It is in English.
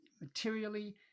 materially